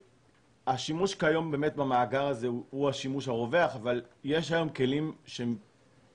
השימוש כיום במאגר הזה הוא השימוש הרווח אבל יש היום כלים בשוק